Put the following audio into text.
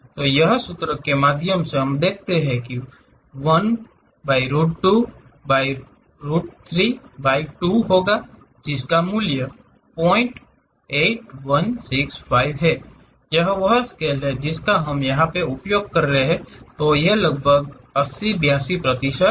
तो यह सूत्र के माध्यम से देखे तो 1 पर रूट 2 बाय रूट 3 बाय 2 होगा जिसका मूल्य 08165 है यह वह स्केल है जिसका हमें उपयोग करना है लगभग यह 80 82 प्रतिशत है